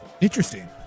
Interesting